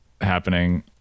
happening